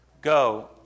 Go